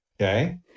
Okay